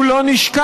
הוא לא נשכח